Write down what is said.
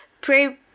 Pray